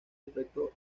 defecto